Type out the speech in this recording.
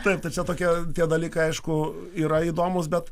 taip tai čia tokie tie dalykai aišku yra įdomūs bet